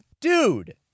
Dude